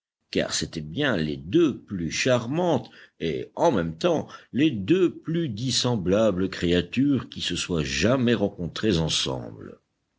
car c'étaient bien les deux plus charmantes et en même temps les deux plus dissemblables créatures qui se soient jamais rencontrées ensemble